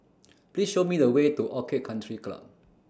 Please Show Me The Way to Orchid Country Club